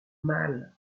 mal